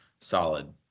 solid